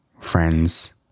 friends